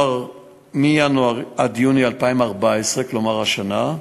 מינואר עד יוני 2014, כלומר השנה,